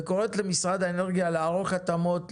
וקוראת למשרד האנרגיה לערוך התאמות,